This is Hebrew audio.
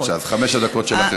בבקשה, אז חמש הדקות שלך.